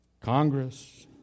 Congress